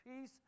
Peace